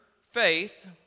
faith